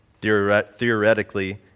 Theoretically